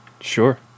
Sure